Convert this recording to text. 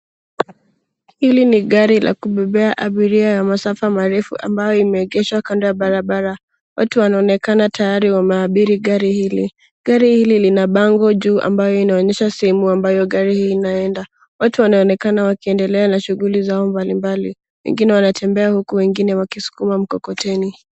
Hili ni gari la kubebea abiria ya masafa marefu ambayo limeegeshwa kando ya barabara. Watu wanaonekana tayari wameabiri gari hili. Gari hili lina bango juu ambayo inaonyesha sehemu ambayo gari hili linaenda. Watu wanaonekana wakiendelea na shughuli zao mbalimbali. Wengine wanatembea huku wengine wakisukuma mikokoteni.